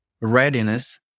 readiness